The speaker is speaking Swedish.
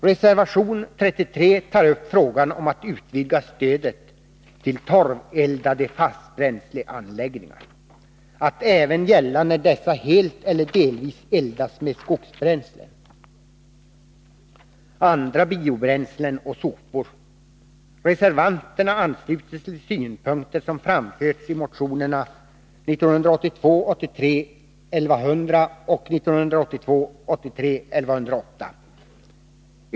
Reservationen 33 tar upp frågan om att utvidga stödet till torveldade fastbränsleanläggningar att gälla även när dessa helt eller delvis eldas med skogsbränslen, andra biobränslen och sopor. Reservanterna ansluter sig till synpunkter som framförts i motionerna 1982 83:1108.